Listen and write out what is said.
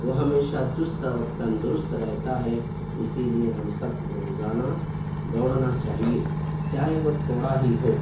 وہ ہمیشہ چست اور تندرست رہتا ہے اسی لیے ہم سب کو روزانہ دوڑنا چاہیے چاہے وہ تھوڑا ہی ہو